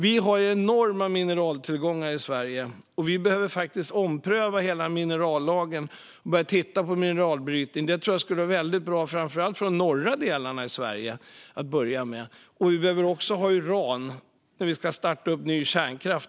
Vi har enorma mineraltillgångar i Sverige, och vi behöver ompröva hela minerallagen och börja titta på att börja med mineralbrytning. Det tror jag skulle vara väldigt bra att börja med för framför allt de norra delarna av Sverige. Vi behöver också ha uran när vi framgent ska starta upp ny kärnkraft.